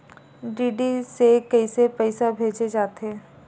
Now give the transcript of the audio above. DD से कइसे पईसा भेजे जाथे?